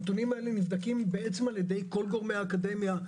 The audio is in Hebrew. הנתונים האלה נבדקים על-ידי כל גורמי האקדמיה.